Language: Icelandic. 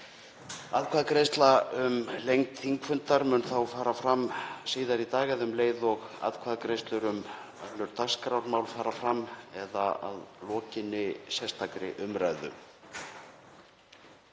Atkvæðagreiðsla um lengd þingfundar mun þá fara fram síðar í dag eða um leið og atkvæðagreiðslur um önnur dagskrármál fara fram eða að lokinni sérstakri umræðu.